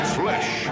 flesh